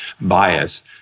bias